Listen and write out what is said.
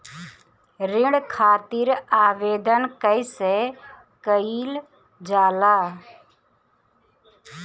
ऋण खातिर आवेदन कैसे कयील जाला?